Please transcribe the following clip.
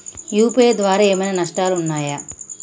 UPI ద్వారా ఏమైనా నష్టాలు ఉన్నయా?